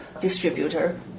distributor